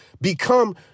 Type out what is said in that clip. become